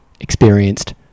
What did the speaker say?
experienced